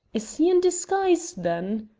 is he in disguise, then?